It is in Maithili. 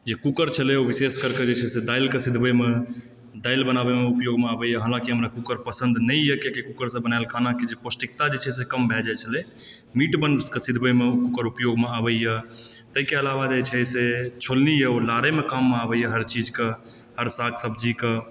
जे कूकर छलय विशेष करिके दालिके सीझबैमे दालि बनाबैमे उपयोगमे आबैए हालाँकि हमरा कूकर पसंद नहि यऽ किआकि कूकरसंँ बनाएल खानाके जे पौष्टिकता जे छै से कम भए जाइ छलए मीटके सीधबैमे ओ कूकर उपयोगमे आबैए ताहिके अलावा जे छै से छोलनी यऽओ लारएमे काममे आबैए हर चीजके हर साक सब्जीके